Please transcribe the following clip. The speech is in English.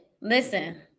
listen